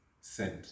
sent